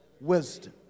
Wisdom